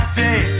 day